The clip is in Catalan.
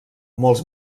molts